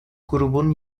grubun